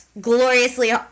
gloriously